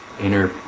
inner